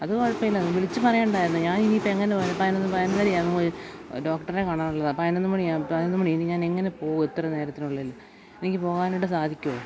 അതു കുഴപ്പമില്ല ഒന്ന് വിളിച്ച് പറയണ്ടായിരുന്നോ ഞാനിനിയിപ്പോള് എങ്ങനെയാ പതിനൊന്ന് പതിനൊന്നരയാകുമ്പോള് ഡോക്ടറെ കാണാനുള്ളതാണ് പതിനൊന്ന് മണിയാകും പതിനൊന്ന് മണിയായി ഇനി ഞാനെങ്ങനെ പോകും ഇത്ര നേരത്തിനുള്ളില് എനിക്ക് പോകാനായിട്ട് സാധിക്കുമോ